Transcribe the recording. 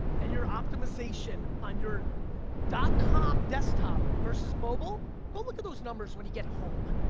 and your optimization on your dot-com desktop versus mobile, go look at those numbers when you get home,